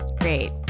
great